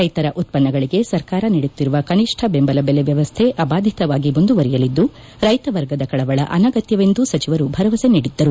ರೈತರ ಉತ್ಪನ್ನಗಳಗೆ ಸರ್ಕಾರ ನೀಡುತ್ತಿರುವ ಕನಿಷ್ಟ ಬೆಂಬಲ ಬೆಲೆ ವ್ಯವಸ್ಥೆ ಅಬಾಧಿತವಾಗಿ ಮುಂದುವರೆಯಲಿದ್ದು ರೈತ ವರ್ಗದ ಕಳವಳ ಆನಗತ್ಯವೆಂದೂ ಸಚವರು ಭರವಸೆ ನೀಡಿದ್ದರು